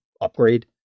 upgrade